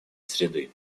среды